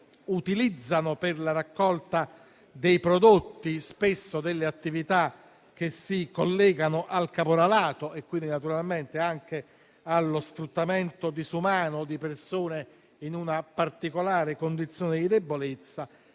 ma per la raccolta dei prodotti spesso utilizzano attività che si collegano al caporalato, quindi anche allo sfruttamento disumano di persone in una particolare condizione di debolezza,